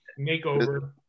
makeover